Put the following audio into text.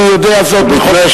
אני יודע זאת מחוק התקשורת,